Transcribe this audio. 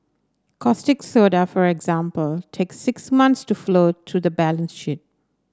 caustic soda for example take six months to flow through to the balance sheet